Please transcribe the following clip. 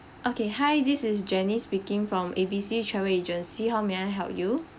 okay hi this is jenny speaking from A B C travel agency how may I help you